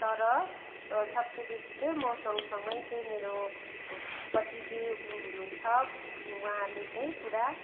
तर सबसे बेसी चाहिँ म सँगसँगै चाहिँ मेरो पतिदेव हुनुहुन्छ उहाँले चाहिँ पुरा